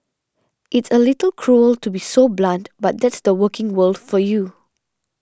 it's a little cruel to be so blunt but that's the working world for you